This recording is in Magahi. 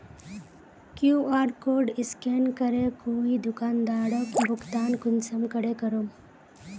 कियु.आर कोड स्कैन करे कोई दुकानदारोक भुगतान कुंसम करे करूम?